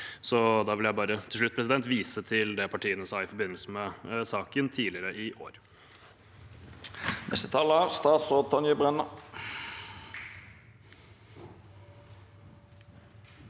vil jeg bare vise til det partiene sa i forbindelse med saken tidligere i år.